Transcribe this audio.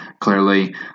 Clearly